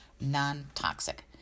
non-toxic